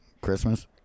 Christmas